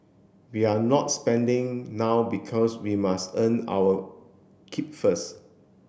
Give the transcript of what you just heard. we're not spending now because we must earn our keep first